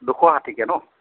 দুশ ষাঠিকৈ ন